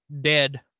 dead